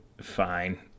fine